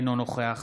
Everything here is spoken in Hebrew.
אינו נוכח